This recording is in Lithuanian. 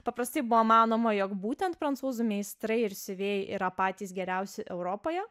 paprastai buvo manoma jog būtent prancūzų meistrai ir siuvėjai yra patys geriausi europoje